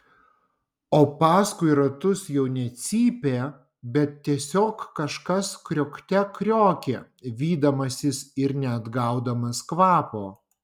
o paskui ratus jau ne cypė bet tiesiog kažkas kriokte kriokė vydamasis ir neatgaudamas kvapo